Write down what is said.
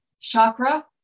chakra